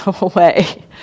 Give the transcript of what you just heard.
away